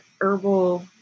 herbal